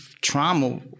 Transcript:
trauma